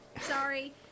sorry